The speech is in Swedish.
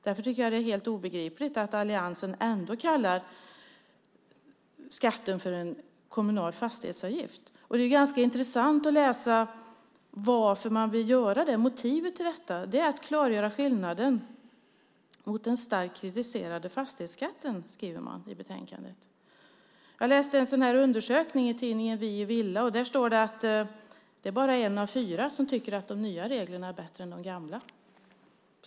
Därför tycker jag att det är helt obegripligt att alliansen ändå kallar skatten för en kommunal fastighetsavgift. Det är ganska intressant att läsa varför man vill göra det. Motivet är att "detta klargör skillnaden mot den nuvarande starkt kritiserade fastighetsskatten" skriver man i betänkandet. Jag läste om en undersökning i tidningen Vi i villa. Där står det att det bara är en av fyra som tycker att de nya reglerna är bättre än de gamla.